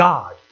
God